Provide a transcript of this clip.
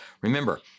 Remember